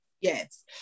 Yes